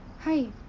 hi.